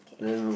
then no